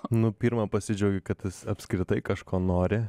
nu pirma pasidžiaugi kad jis apskritai kažko nori